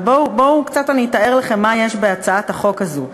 אבל בואו אני אתאר לכם מה יש בהצעת החוק הזאת.